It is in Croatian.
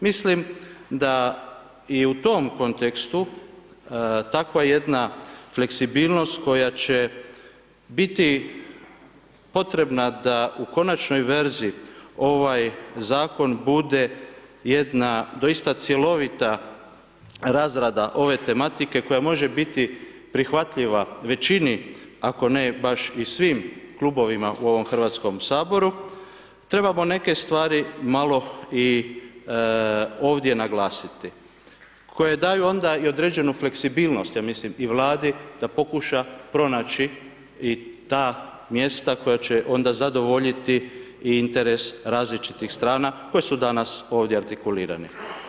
Mislim da i u tom kontekstu takva jedna fleksibilnost, koja će biti potrebna da u konačnoj verziji ovaj zakon bude, jedna doista cjelovita razrada ove tematike koja može biti prihvatljiva većini, ako ne baš i svim klubovima u ovom Hrvatskom saboru, trebamo neke stvari malo i ovdje naglasiti, koje daju onda i određenu fleksibilnost, ja mislim i Vladi da pokuša pronaći i ta mjesta koja će onda zadovoljiti i interes različitih strana koje su danas ovdje artikulirani.